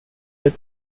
red